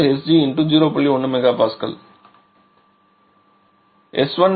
14 MPa s1sg0